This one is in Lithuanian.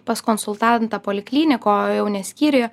pas konsultantą polikliniko o jau ne skyriuje